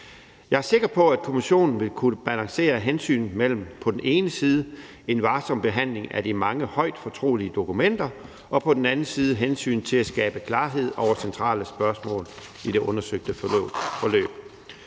Jeg er sikker på, at kommissionen vil kunne balancere hensynet mellem på den ene side en varsom behandling af de mange højt fortrolige dokumenter og på den anden side hensynet til at skabe klarhed over centrale spørgsmål i det undersøgte forløb.